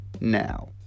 now